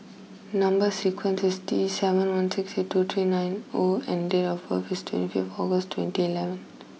number sequence is T seven one six eight two three nine O and date of birth is twenty fifth August twenty eleven